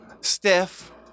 Steph